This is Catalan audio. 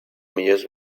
millors